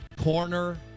Corner